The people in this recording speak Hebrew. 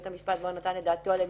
בית המשפט כבר נתן את דעתו עליהם,